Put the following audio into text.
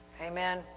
Amen